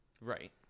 right